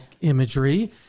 imagery